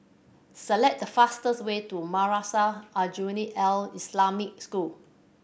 select the fastest way to Madrasah Aljunied Al Islamic School